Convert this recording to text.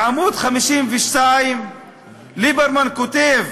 בעמוד 52 ליברמן כותב